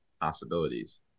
possibilities